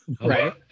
right